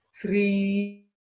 three